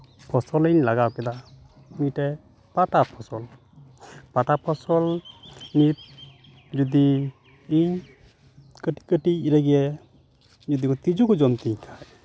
ᱯᱷᱚᱥᱚᱞ ᱤᱧ ᱞᱟᱜᱟᱣ ᱠᱮᱫᱟ ᱢᱤᱫᱴᱮᱱ ᱯᱟᱛᱟ ᱯᱷᱚᱥᱚᱞ ᱯᱟᱛᱟ ᱯᱷᱚᱥᱚᱞ ᱱᱤᱛ ᱡᱩᱫᱤ ᱤᱧ ᱠᱟᱹᱴᱤᱡ ᱠᱟᱹᱴᱤᱡ ᱨᱮᱜᱮ ᱡᱩᱫᱤ ᱛᱤᱸᱡᱩ ᱠᱚ ᱡᱚᱢ ᱛᱤᱧ ᱠᱷᱟᱱ